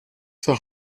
zur